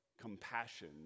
compassion